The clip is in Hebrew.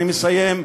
אני מסיים,